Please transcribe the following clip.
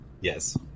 Yes